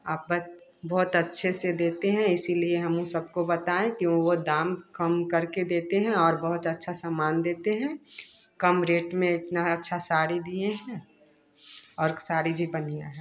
आप पर बहुत अच्छे से देते हैं इसीलिए हम सब को बताएँ कि वह दाम कम करके देते हैं और बहुत अच्छा सामान देते हैं कम रेट में इतना अच्छा साड़ी दिए है और साड़ी भी बढ़िया है